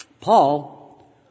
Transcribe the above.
Paul